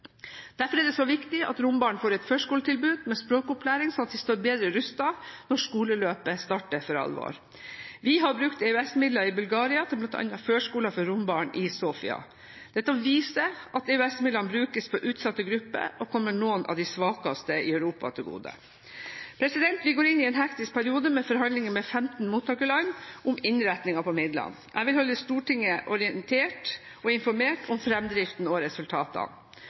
Derfor er det viktig at rombarn får et førskoletilbud med språkopplæring, slik at de står bedre rustet når skoleløpet starter for alvor. Vi har brukt EØS-midler i Bulgaria til bl.a. førskoler for rombarn i Sofia. Dette viser at EØS-midlene brukes på utsatte grupper og kommer noen av de svakeste i Europa til gode. Vi gar nå inn i en hektisk periode med forhandlinger med 15 mottakerland om innretningen på midlene. Jeg vil holde Stortinget orientert og informert om framdriften og resultatene.